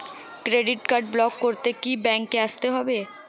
Credit card block করতে কি ব্যাংকে আসতে হবে?